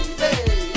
hey